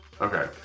Okay